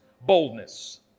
Boldness